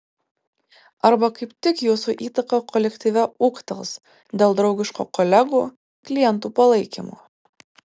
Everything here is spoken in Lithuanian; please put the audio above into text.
arba kaip tik jūsų įtaka kolektyve ūgtels dėl draugiško kolegų klientų palaikymo